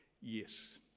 Yes